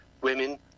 women